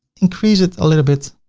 increase it a little bit,